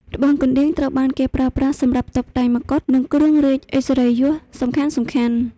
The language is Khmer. ត្បូងកណ្ដៀងត្រូវបានគេប្រើប្រាស់សម្រាប់តុបតែងមកុដ និងគ្រឿងរាជឥស្សរិយយសសំខាន់ៗ។